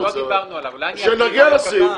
כשנגיע לסעיף,